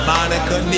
Monica